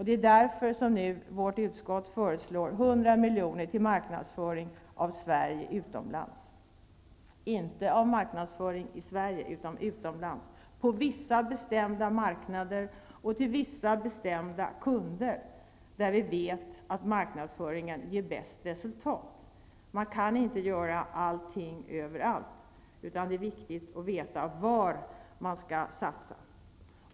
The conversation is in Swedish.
Det är av den anledningen vårt utskott nu föreslår 100 miljoner till marknadsföring av Sverige utomlands -- inte i Sverige utan utomlands, på vissa bestämda marknader och riktat till vissa bestämda kunder, på marknader där vi vet att marknadsföringen ger bäst resultat. Man kan inte göra allting överallt, utan det är viktigt att veta var man skall satsa.